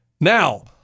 Now